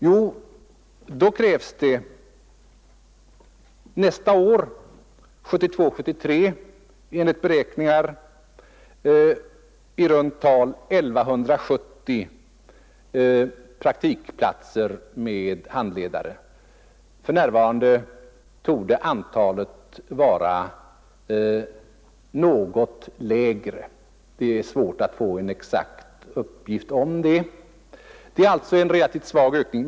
Jo, då krävs 1972/73 enligt beräkningar i runt tal I 170 praktikplatser med handledare. För närvarande torde antalet vara något lägre. Ökningen är alltså relativt svag.